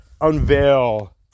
unveil